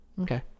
Okay